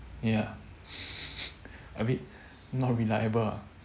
ya a bit not reliable ah